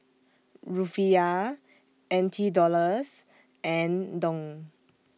Rufiyaa N T Dollars and Dong